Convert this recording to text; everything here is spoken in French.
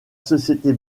société